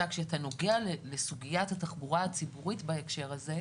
כשאתה נוגע בסוגיית התחבורה הציבורית בהקשר הזה,